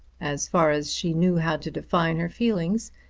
as far as she knew how to define her feelings,